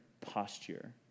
posture